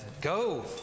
go